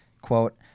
quote